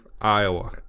Iowa